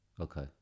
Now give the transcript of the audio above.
Okay